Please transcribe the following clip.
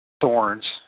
thorns